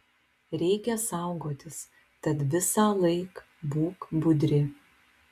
reikia saugotis tad visąlaik būk budri